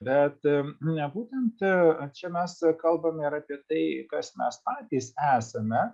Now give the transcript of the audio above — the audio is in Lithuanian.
bet būtent čia mes kalbam ir apie tai kas mes patys esame